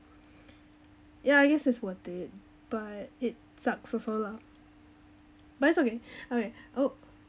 ya I guess is worth it but it sucks also lah but it's okay I oh